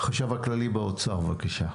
החשב הכללי באוצר, בבקשה.